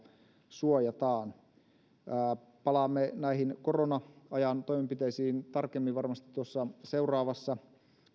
suojataan palaamme näihin korona ajan toimenpiteisiin tarkemmin varmasti tuossa seuraavassa